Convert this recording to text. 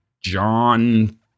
John